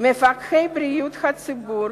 מפקחי בריאות הציבור